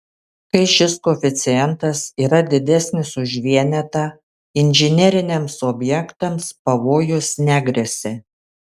kai šis koeficientas yra didesnis už vienetą inžineriniams objektams pavojus negresia